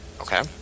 Okay